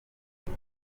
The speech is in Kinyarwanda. ati